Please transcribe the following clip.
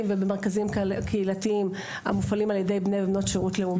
ובמרכזים קהילתיים ומופעל על ידי בני ובנות שירות לאומי.